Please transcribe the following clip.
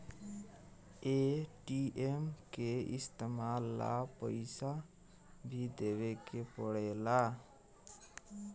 ATM के इस्तमाल ला पइसा भी देवे के पड़ेला